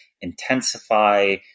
intensify